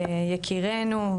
יקירנו,